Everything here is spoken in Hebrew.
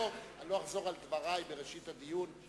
אני לא אחזור על דברי מראשית הדיון,